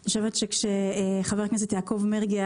אני חושבת שכשחבר הכנסת יעקב מרגי,